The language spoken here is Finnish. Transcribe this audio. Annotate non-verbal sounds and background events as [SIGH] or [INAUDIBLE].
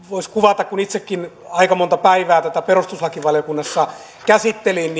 voisi kuvata kun itsekin aika monta päivää tätä perustuslakivaliokunnassa käsittelin [UNINTELLIGIBLE]